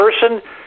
person